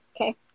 Okay